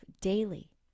daily